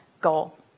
goal